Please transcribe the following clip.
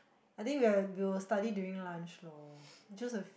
I think we are we'll study during lunch lor just have